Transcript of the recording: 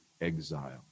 exile